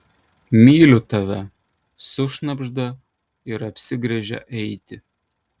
myliu tave sušnabžda ir apsigręžia eiti